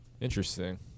Interesting